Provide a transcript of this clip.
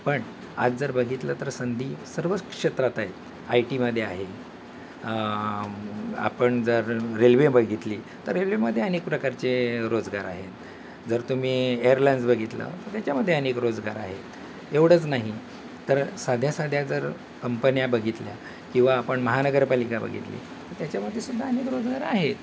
पण आज जर बघितलं तर संधी सर्व क्षेत्रात आहेत आय टीमध्ये आहे आपण जर रेल्वे बघितली तर रेल्वेमध्ये अनेक प्रकारचे रोजगार आहेत जर तुम्ही एअरलाइन्स बघितलं तर त्याच्यामध्ये अनेक रोजगार आहेत एवढंच नाही तर साध्या साध्या जर कंपन्या बघितल्या किंवा आपण महानगरपालिका बघितली तर त्याच्यामध्ये सुद्धा अनेक रोजगार आहेत